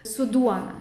su duona